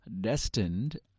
destined